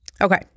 Okay